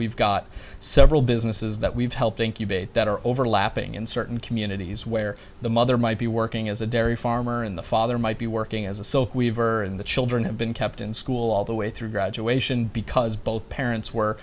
we've got several businesses that we've helped incubator that are overlapping in certain communities where the mother might be working as a dairy farmer in the father might be working as a sole weaver and the children have been kept in school all the way through graduation because both parents were